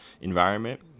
environment